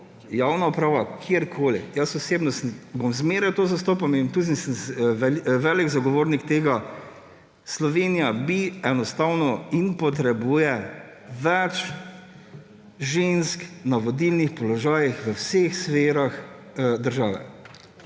javni upravi, kjerkoli. Jaz osebno bom zmeraj to zastopal in tudi sem velik zagovornik tega, da Slovenija enostavno potrebuje več žensk na vodilnih položajih v vseh sferah države.